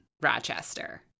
Rochester